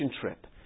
trip